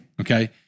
Okay